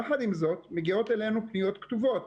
יחד עם זאת מגיעות אלינו פניות כתובות,